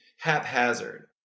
haphazard